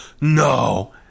no